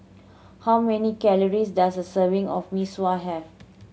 how many calories does a serving of Mee Sua have